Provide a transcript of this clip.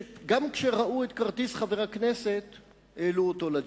שגם כשראו את כרטיס חבר הכנסת העלו אותו לג'יפ.